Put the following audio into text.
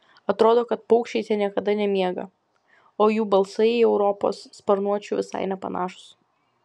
atrodo kad paukščiai ten niekada nemiega o jų balsai į europos sparnuočių visai nepanašūs